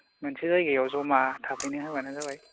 मोनसे जायगायाव जमा थाफैनो होबानो जाबाय